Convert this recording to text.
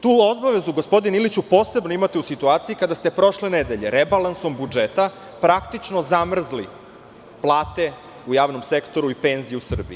Tu obavezu, gospodine Iliću, posebno imate u situaciji kada ste prošle nedelje rebalansom budžeta praktično zamrzli plate u javnom sektoru i penzije u Srbiji.